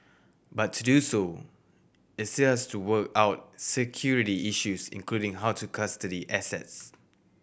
but to do so it still has to work out security issues including how to custody assets